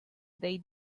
they